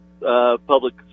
Public